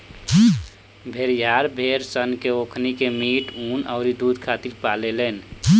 भेड़िहार भेड़ सन से ओकनी के मीट, ऊँन अउरी दुध खातिर पाले लेन